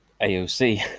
AOC